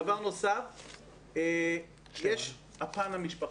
דבר נוסף, יש הפן המשפחתי.